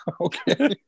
Okay